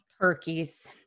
turkeys